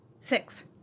Six